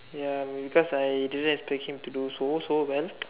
ya maybe because I didn't expect him to do so so well